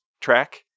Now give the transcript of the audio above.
track